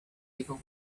people